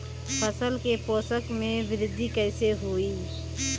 फसल के पोषक में वृद्धि कइसे होई?